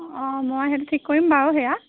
অঁ মই সেইটো ঠিক কৰিম বাৰু সেইয়া